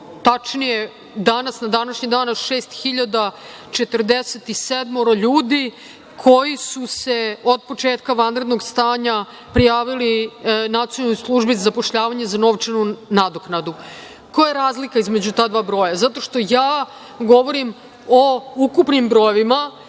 Tačnije danas na današnji dan je 6.047 ljudi koji su se od početka vanrednog stanja prijavili Nacionalnoj službi za zapošljavanje za novčanu nadoknadu. Koja je razlika između ta dva broja? Ja govorim o ukupnim brojevima,